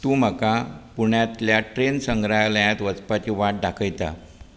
तूं म्हाका पुण्यांतल्या ट्रेन संग्रहालयांत वचपाची वाट दाखयता